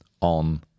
on